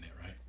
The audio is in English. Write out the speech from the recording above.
right